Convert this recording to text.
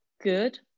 good